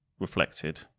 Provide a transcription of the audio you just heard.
reflected